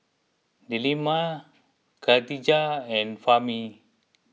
Delima Khadija and Fahmi